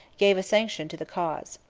gave a sanction to the cause.